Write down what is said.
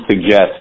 suggest